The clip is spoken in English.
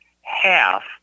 half